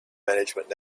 management